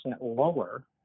lower